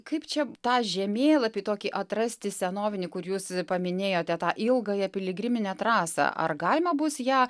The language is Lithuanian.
kaip čia tą žemėlapį tokį atrasti senovinį kur jūs paminėjote tą ilgąją piligriminę trasą ar galima bus ją